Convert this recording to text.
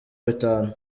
bitanu